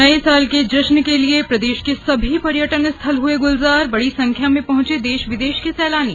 नये साल के जश्न के लिए प्रदेश के सभी पर्यटन स्थल हुए गुलजारबड़ी संख्या में पहुंचे देश विदेश के सैलानी